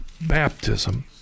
baptism